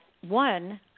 one